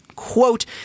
Quote